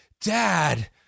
Dad